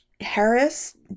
harris